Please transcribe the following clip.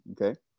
okay